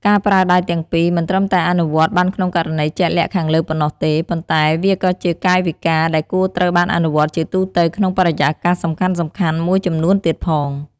ការប្រើដៃទាំងពីរ មិនត្រឹមតែអនុវត្តបានក្នុងករណីជាក់លាក់ខាងលើប៉ុណ្ណោះទេ ប៉ុន្តែវាក៏ជាកាយវិការដែលគួរត្រូវបានអនុវត្តជាទូទៅក្នុងបរិយាកាសសំខាន់ៗមួយចំនួនទៀតផង។